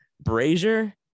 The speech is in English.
Brazier